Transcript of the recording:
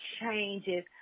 changes